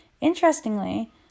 Interestingly